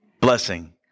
Blessing